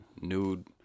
nude